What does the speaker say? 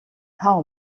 how